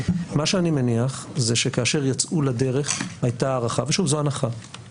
מה שאני מניח זה שכאשר יצאו לדרך הייתה הערכה מושכלת